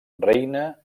reina